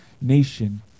nation